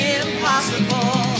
impossible